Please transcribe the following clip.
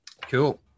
Cool